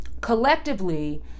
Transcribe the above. collectively